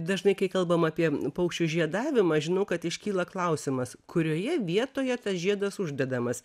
dažnai kai kalbam apie paukščių žiedavimą žinau kad iškyla klausimas kurioje vietoje tas žiedas uždedamas